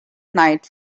night